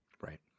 Right